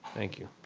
thank you.